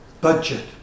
budget